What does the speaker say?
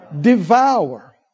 devour